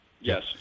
Yes